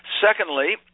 Secondly